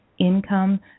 income